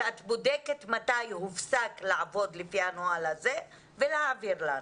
שאת בודקת מתי הופסק לעבוד לפי הנוהל הזה ולהעביר לנו.